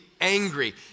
angry